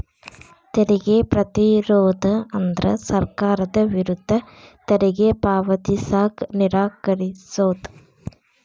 ತೆರಿಗೆ ಪ್ರತಿರೋಧ ಅಂದ್ರ ಸರ್ಕಾರದ ವಿರುದ್ಧ ತೆರಿಗೆ ಪಾವತಿಸಕ ನಿರಾಕರಿಸೊದ್